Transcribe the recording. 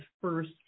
first